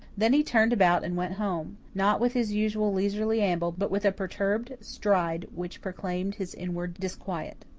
then he turned about and went home, not with his usual leisurely amble, but with a perturbed stride which proclaimed his inward disquiet.